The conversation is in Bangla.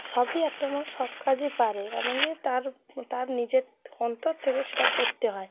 সবই একটা মানুষ সব কাজই পারে এমন কি তার তার নিজের অন্তর থেকে সেটা করতে হয়